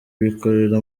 bikorera